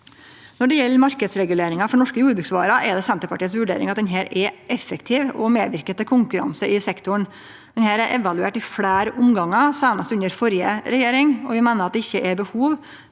Når det gjeld marknadsreguleringa for norske jordbruksvarer, er det Senterpartiets vurdering at denne er effektiv og medverkar til konkurranse i sektoren. Marknadsreguleringa er evaluert i fleire omgangar, seinast under førre regjering, og vi meiner at det ikkje er behov